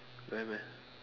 don't have meh